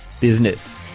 Business